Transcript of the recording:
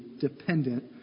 dependent